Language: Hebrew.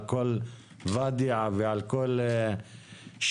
על כל ואדי ועל כל שטח,